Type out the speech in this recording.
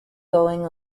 going